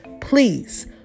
please